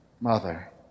mother